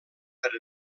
per